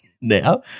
now